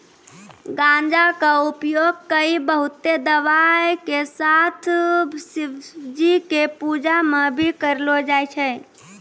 गांजा कॅ उपयोग कई बहुते दवाय के साथ शिवजी के पूजा मॅ भी करलो जाय छै